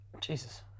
Jesus